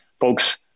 folks